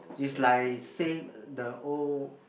is like say the O